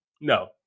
No